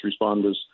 responders